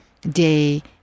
day